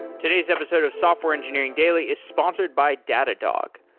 today's episode of software engineering daily is sponsored by datadog.